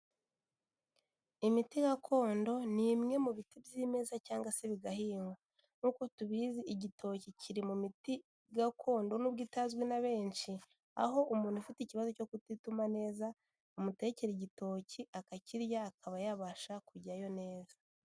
Imiti gakondo ni imwe mu biti by'imeza cyangwa se bigahingwa, nk'uko tubizi igitoki kiri mu miti gakondo n'ubwo itazwi na benshi, aho umuntu ufite ikibazo cyo kutituma neza bamutekera igitoki akakirya akaba yabasha kujyayo neza.